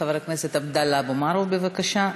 חבר הכנסת עבדאללה אבו מערוף, בבקשה.